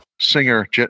singer